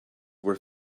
were